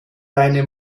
deine